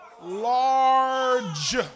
Large